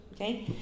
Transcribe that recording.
okay